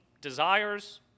desires